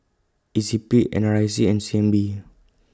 E C P N R I C and C N B